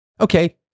Okay